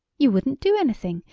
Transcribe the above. you wouldn't do anything.